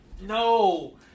no